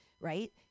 right